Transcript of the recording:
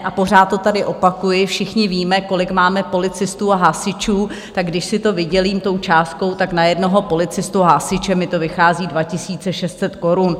A pořád to tady opakuji, všichni víme, kolik máme policistů a hasičů, tak když si to vydělím tou částkou, na jednoho policistu a hasiče mi to vychází 2 600 korun.